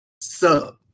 Sub